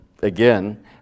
Again